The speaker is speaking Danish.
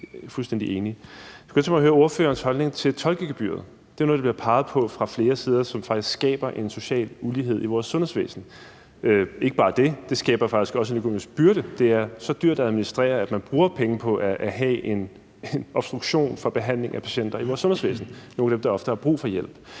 Jeg er fuldstændig enig! Jeg kunne godt tænke mig at høre ordførerens holdning til tolkegebyret. Det er noget, der bliver peget på fra flere sider faktisk skaber en social ulighed i vores sundhedsvæsen. Det gør ikke bare det, det skaber faktisk også en økonomisk byrde, for det er så dyrt at administrere, at man bruger penge på at have en obstruktion for behandling af patienter i vores sundhedsvæsen – nogle af dem, der ofte har brug for hjælp.